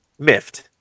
MIFT